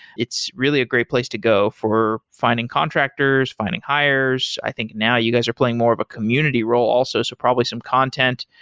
it's really a great place to go for finding contractors, finding hires. i think now you guys are playing more of a community role also, so probably some content.